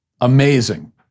Amazing